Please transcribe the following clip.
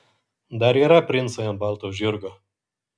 dar yra princai ant balto žirgo